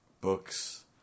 books